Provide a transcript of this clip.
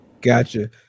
gotcha